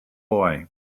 boy